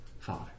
Father